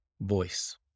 voice